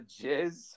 jizz